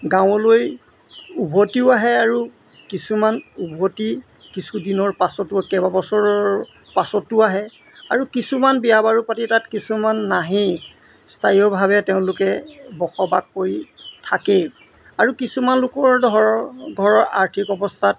গাঁৱলৈ উভতিও আহে আৰু কিছুমান উভতি কিছুদিনৰ পাছতো কেইবাবছৰৰ পাছতো আহে আৰু কিছুমান বিয়া বাৰু পাতি তাত কিছুমান নাহেই স্থায়ীভাৱে তেওঁলোকে বসবাস কৰি থাকেই আৰু কিছুমান লোকৰ ধৰ ঘৰৰ আৰ্থিক অৱস্থাত